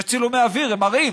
יש צילומי אוויר, הם מראים.